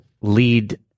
lead